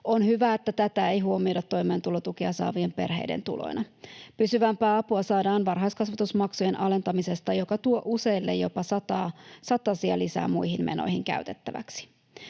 On hyvä, että tätä ei huomioida toimeentulotukea saavien perheiden tuloina. Pysyvämpää apua saadaan varhaiskasvatusmaksujen alentamisesta, joka tuo useille jopa satasia lisää muihin menoihin käytettäväksi.